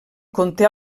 conté